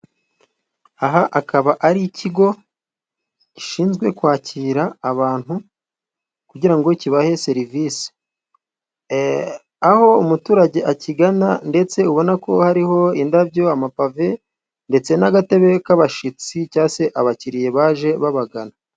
Aha akaba ari ikigo gishinzwe kwakira abantu kugira ngo kibahe serivisi. Aho umuturage akigana ndetse ubona ko hariho indabyo, amapave ndetse n'agatebe k'abashyitsi cyangwa se abakiriya baje babagana.